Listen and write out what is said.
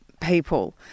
people